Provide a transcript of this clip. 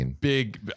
Big